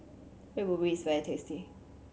Red Ruby is very tasty